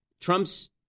Trump's